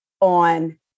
on